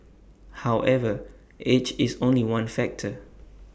however age is only one factor